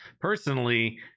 Personally